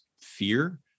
fear